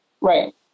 right